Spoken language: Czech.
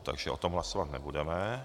Takže o tom hlasovat nebudeme.